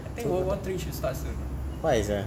I think world war three should start soon